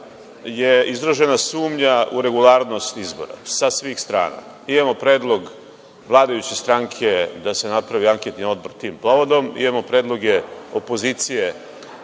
je izražena sumnja u regularnost izbora sa svih strana. Imamo predlog vladajuće stranke da se napravi anketni odbor tim povodom, imamo predloge opozicije